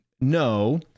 no